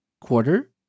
Quarter